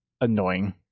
annoying